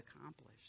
accomplished